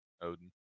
Odin